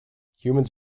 humans